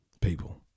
people